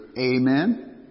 Amen